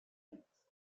lakes